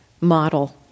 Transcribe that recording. model